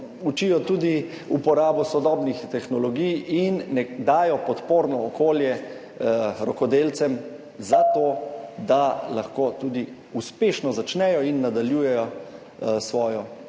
učijo tudi uporabo sodobnih tehnologij in dajo podporno okolje rokodelcem za to, da lahko tudi uspešno začnejo in nadaljujejo svojo